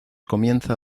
comienza